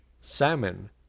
salmon